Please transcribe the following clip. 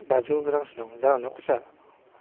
बाजौ रांसो दं जागोन न' खुस्रा